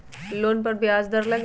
Loan पर ब्याज दर लगी?